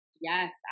Yes